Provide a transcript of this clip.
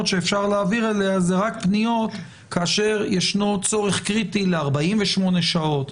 שאפשר להעביר אליה זה רק פניות כאשר ישנו צורך קריטי ל-48 שעות,